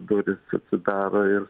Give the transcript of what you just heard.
durys atsidaro ir